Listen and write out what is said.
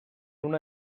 una